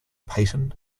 paton